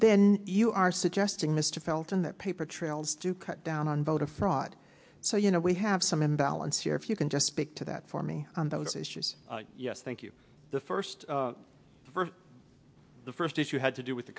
then you are suggesting mr felton that paper trails do cut down on voter fraud so you know we have some imbalance here if you can just speak to that for me on those issues yes thank you the first for the first if you had to do with the